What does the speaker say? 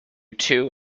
two